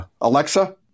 Alexa